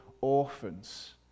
orphans